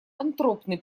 антропный